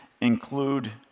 include